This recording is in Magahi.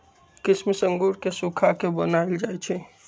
किशमिश अंगूर के सुखा कऽ बनाएल जाइ छइ